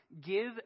give